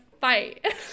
fight